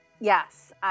Yes